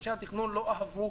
שאנשי התכנון לא אהבו,